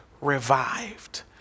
revived